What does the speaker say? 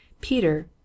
Peter